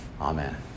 Amen